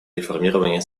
реформирования